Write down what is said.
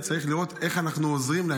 צריך לראות איך אנחנו עוזרים להם.